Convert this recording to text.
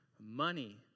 Money